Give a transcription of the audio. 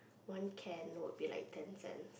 one can would be like ten cents